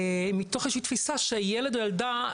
מתוך איזו שהיא תפיסה שהילד או הילדה,